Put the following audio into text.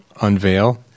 unveil